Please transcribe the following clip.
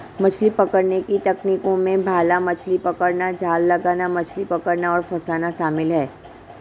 मछली पकड़ने की तकनीकों में भाला मछली पकड़ना, जाल लगाना, मछली पकड़ना और फँसाना शामिल है